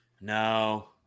No